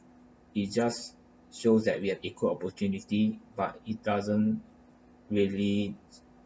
it just shows that we have equal opportunity but it doesn't really